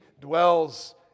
dwells